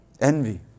envy